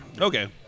okay